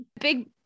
big